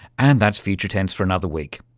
and that's future tense for another week.